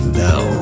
now